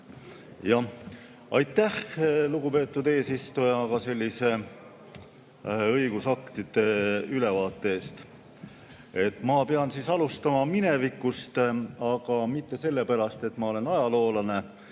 Aitäh, lugupeetud eesistuja, ka sellise õigusakti ülevaate eest! Ma pean alustama minevikust, aga mitte sellepärast, et ma olen ajaloolane,